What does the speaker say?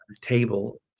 table